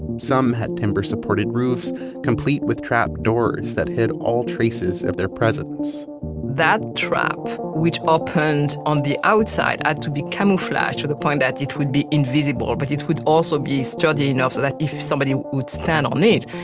some had timber-supported roofs complete with trap doors that hid all traces of their presence that trap, which opened on the outside and ah to be camouflaged to the point that it would be invisible, but it would also be sturdy enough so that if somebody would stand on it,